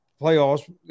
playoffs